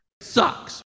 Sucks